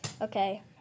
Okay